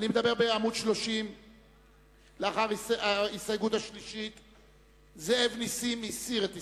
אני מדבר על עמוד 30. זאב נסים הסיר את הסתייגותו,